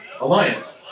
Alliance